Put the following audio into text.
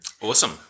Awesome